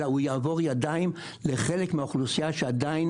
אלא הוא יעבור ידיים לחלק מהאוכלוסייה שעדיין